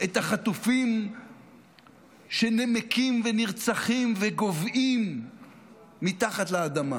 את החטופים שנמקים, נרצחים וגוועים מתחת לאדמה,